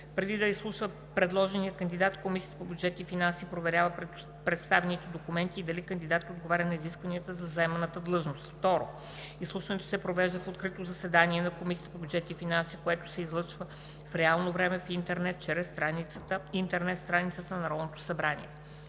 Преди да изслуша предложения кандидат Комисията по бюджет и финанси проверява представените документи и дали кандидатът отговаря на изискванията за заемане на длъжността. 2. Изслушването се провежда в открито заседание на Комисията по бюджет и финанси, което се излъчва в реално време в интернет чрез интернет страницата на Народното събрание.